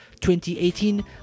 2018